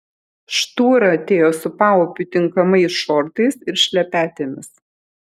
štūra atėjo su paupiui tinkamais šortais ir šlepetėmis